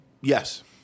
Yes